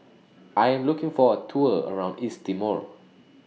I Am looking For A Tour around East Timor